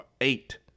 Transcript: eight